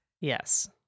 yes